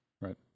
Right